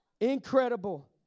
Incredible